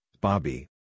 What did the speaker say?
Bobby